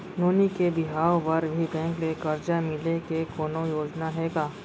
नोनी के बिहाव बर भी बैंक ले करजा मिले के कोनो योजना हे का?